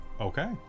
Okay